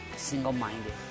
single-minded